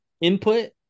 input